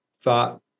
thought